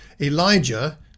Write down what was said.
elijah